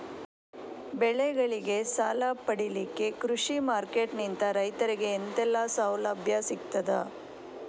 ಬೆಳೆಗಳಿಗೆ ಸಾಲ ಪಡಿಲಿಕ್ಕೆ ಕೃಷಿ ಮಾರ್ಕೆಟ್ ನಿಂದ ರೈತರಿಗೆ ಎಂತೆಲ್ಲ ಸೌಲಭ್ಯ ಸಿಗ್ತದ?